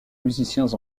musiciens